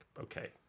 okay